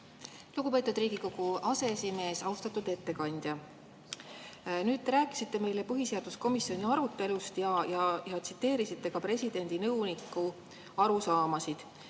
Lugupeetud Riigikogu aseesimees! Austatud ettekandja! Te rääkisite meile põhiseaduskomisjoni arutelust ja tsiteerisite ka presidendi nõuniku arusaamasid.